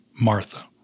Martha